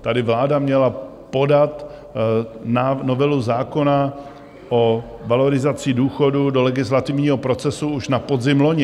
Tady vláda měla podat novelu zákona o valorizaci důchodů do legislativního procesu už na podzim loni.